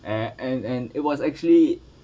and and and it was actually